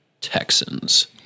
Texans